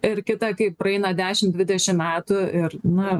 ir kita kai praeina dešimt dvidešimt metų ir na